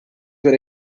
were